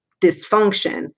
dysfunction